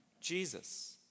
Jesus